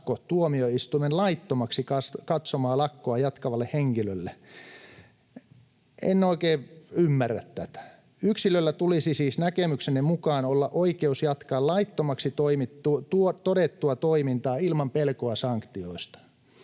tuomioistuimen laittomaksi katsomaa lakkoa jatkavalle henkilölle. En oikein ymmärrä tätä. Yksilöllä tulisi siis näkemyksenne mukaan olla oikeus jatkaa laittomaksi todettua toimintaa ilman pelkoa sanktioista.